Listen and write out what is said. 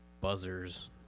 buzzers